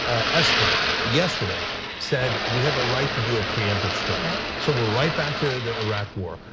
esper yesterday said we have a right to do a preemptive strike. right. so we're right back to the iraq war.